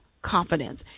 confidence